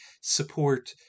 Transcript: support